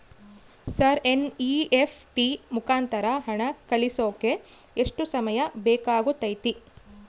Sir NEFT ಮುಖಾಂತರ ಹಣ ಕಳಿಸೋಕೆ ಎಷ್ಟು ಸಮಯ ಬೇಕಾಗುತೈತಿ?